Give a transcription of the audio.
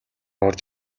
орж